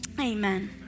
Amen